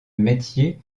métier